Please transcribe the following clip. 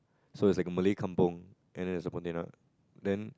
so it's like a Malay kampung and there's a Pontianak then